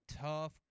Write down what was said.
tough